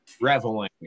Reveling